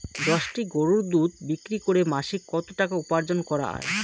দশটি গরুর দুধ বিক্রি করে মাসিক কত টাকা উপার্জন করা য়ায়?